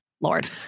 lord